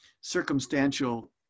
circumstantial